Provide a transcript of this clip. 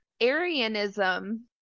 Arianism